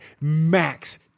max